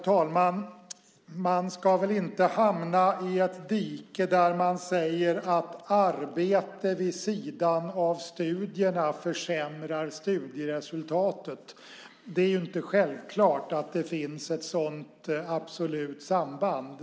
Herr talman! Man ska inte hamna i ett dike där man säger att arbete vid sidan av studierna försämrar studieresultatet. Det är inte självklart att det finns ett sådant absolut samband.